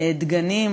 דגנים.